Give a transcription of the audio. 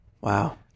Wow